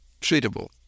treatable